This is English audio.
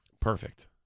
Perfect